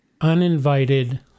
uninvited